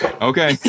Okay